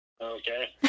Okay